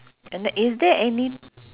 and th~ is there any